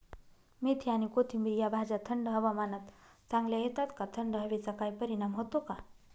मेथी आणि कोथिंबिर या भाज्या थंड हवामानात चांगल्या येतात का? थंड हवेचा काही परिणाम होतो का?